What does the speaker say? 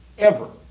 ever